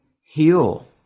heal